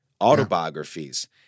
autobiographies